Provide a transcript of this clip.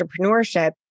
entrepreneurship